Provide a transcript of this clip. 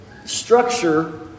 Structure